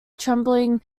trembling